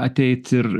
ateit ir